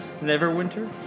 Neverwinter